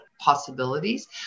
possibilities